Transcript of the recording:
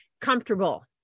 comfortable